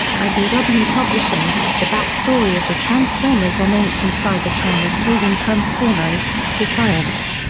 idw publishing the back story of the transformers on ancient cybertron is told in transformers defiance.